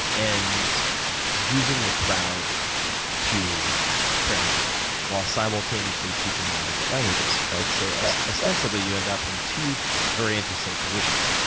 and using the crowd to translate while simultaneously teaching them different languages, right? so ostensibly, you end up in two very interesting positions.